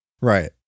Right